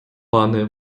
пане